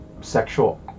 sexual